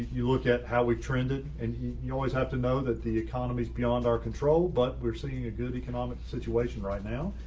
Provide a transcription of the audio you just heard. you look at how we've trended and you always have to know that the economy is beyond our control, but we're seeing a good economic situation right now.